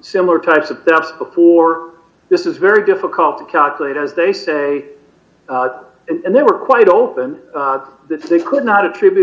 similar types of steps before this is very difficult to calculate as they say and they were quite open that they could not attribute